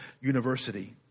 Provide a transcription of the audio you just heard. University